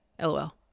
lol